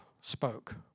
spoke